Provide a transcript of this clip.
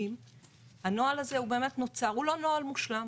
הנוהל הזה הוא לא נוהל מושלם.